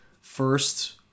first